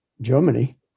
Germany